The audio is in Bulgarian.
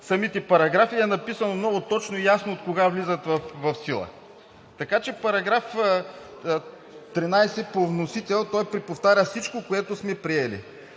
самите параграфи е написано много точно и ясно откога влизат в сила. Така че § 13 по вносител преповтаря всичко, което сме приели.